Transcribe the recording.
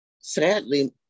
sadly